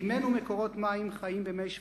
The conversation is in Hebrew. טימאנו מקורות מים חיים במי שפכינו.